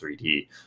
3d